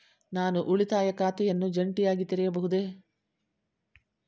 ನಾನು ಉಳಿತಾಯ ಖಾತೆಯನ್ನು ಜಂಟಿಯಾಗಿ ತೆರೆಯಬಹುದೇ?